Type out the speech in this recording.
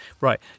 Right